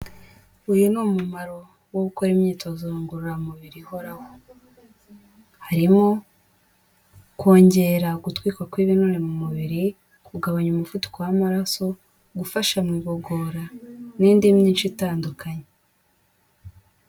Uyu ni umumaro wo gukora imyitozo ngororamubiri uhoraho, harimo kongera gutwikwa kw'ibinure mu mubiri, kugabanya umuvuduko w'amaraso, gufasha mu igogora n'indi myinshi itandukanye.